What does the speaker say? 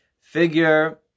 figure